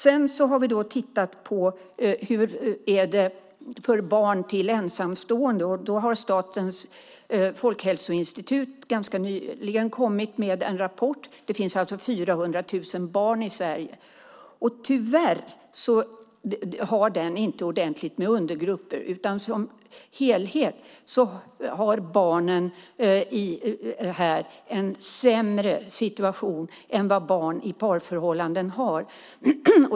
Sedan har vi tittat på hur det är med barn till ensamstående. Folkhälsoinstitutet har ganska nyligen kommit med en rapport. Det finns 400 000 sådana barn i Sverige. Tyvärr görs ingen ordentlig indelning i undergrupper. Som helhet har dessa barn en sämre situation än barn i parförhållanden har.